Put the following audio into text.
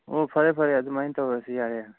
ꯑꯣ ꯐꯔꯦ ꯐꯔꯦ ꯑꯗꯨꯃꯥꯏꯅ ꯇꯧꯔꯁꯤ ꯌꯥꯔꯦ ꯌꯥꯔꯦ